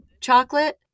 chocolate